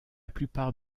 plupart